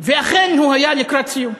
ואכן הוא היה לקראת סיום.